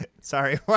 Sorry